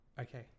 Okay